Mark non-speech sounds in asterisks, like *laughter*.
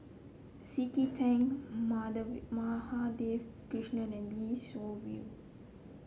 C K Tang *unintelligible* Madhavi Krishnan and Lee Seow View